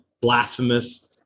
blasphemous